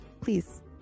please